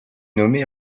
nommée